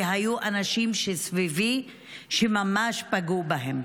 כי היו אנשים שהיו סביבי שממש פגעו בהם.